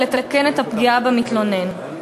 ולתקן את הפגיעה במתלונן.